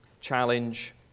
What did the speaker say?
challenge